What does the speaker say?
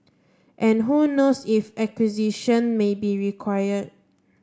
and who knows if acquisition may be required